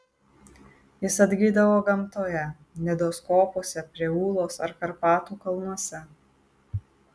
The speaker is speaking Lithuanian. jis atgydavo gamtoje nidos kopose prie ūlos ar karpatų kalnuose